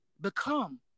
become